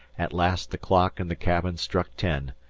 at last the clock in the cabin struck ten,